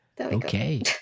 Okay